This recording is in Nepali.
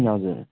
ए हजुर